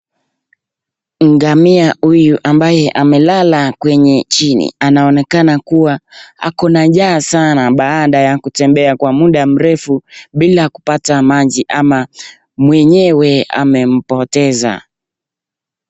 Ngamia huyu ambaye amelala kwenye chini anaonekana kuwa ako na njaa sana baada ya kutembea kwa muda mrefu bila kupata maji ama mwenyewe amempoteza.